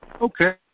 okay